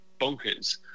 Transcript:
bonkers